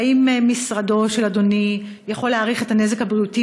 האם משרדו של אדוני יכול להעריך את הנזק הבריאותי